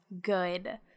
good